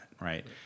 Right